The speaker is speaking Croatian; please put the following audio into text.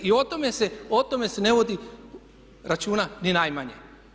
I o tome se ne vodi računa ni najmanje.